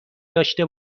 داشته